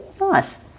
Nice